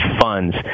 funds